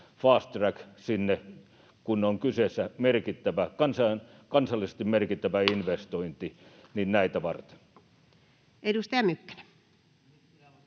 kun on kyseessä kansallisesti merkittävä investointi. Edustaja Mykkänen.